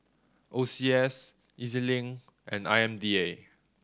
O C S E Z Link and I M D A